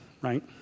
right